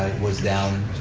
was down,